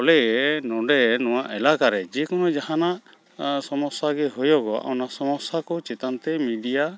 ᱵᱚᱞᱮ ᱱᱚᱰᱮ ᱱᱚᱣᱟ ᱮᱞᱟᱠᱟᱨᱮ ᱡᱮᱠᱳᱱᱳ ᱡᱟᱦᱟᱱᱟᱜ ᱥᱚᱢᱚᱥᱥᱟ ᱜᱮ ᱦᱩᱭᱩᱜᱚᱜ ᱚᱱᱟ ᱥᱚᱢᱚᱥᱥᱟᱠᱚ ᱪᱮᱛᱟᱱᱛᱮ ᱢᱤᱰᱤᱭᱟ